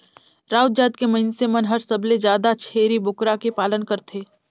राउत जात के मइनसे मन हर सबले जादा छेरी बोकरा के पालन करथे